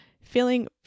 feeling